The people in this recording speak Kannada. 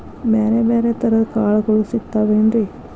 ಬ್ಯಾರೆ ಬ್ಯಾರೆ ತರದ್ ಕಾಳಗೊಳು ಸಿಗತಾವೇನ್ರಿ?